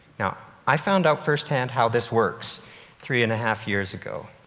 i found out first hand how this works three and a half years ago.